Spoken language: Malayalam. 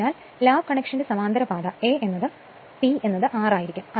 അതിനാൽ ലാപ് കണക്ഷന്റെ സമാന്തര പാത A P 6 ആയിരിക്കും